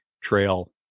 trail